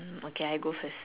okay I go first